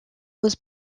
was